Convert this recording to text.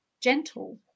gentle